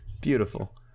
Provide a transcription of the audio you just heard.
Beautiful